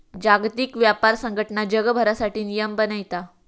जागतिक व्यापार संघटना जगभरासाठी नियम बनयता